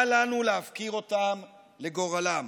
אל לנו להפקיר אותם לגורלם.